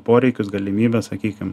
poreikius galimybes sakykim